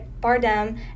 Bardem